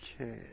okay